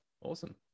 Awesome